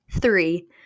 Three